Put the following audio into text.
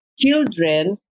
children